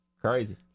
Crazy